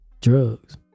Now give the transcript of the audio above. drugs